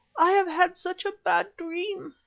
i have had such a bad dream,